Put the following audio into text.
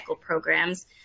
programs